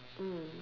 mm